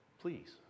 Please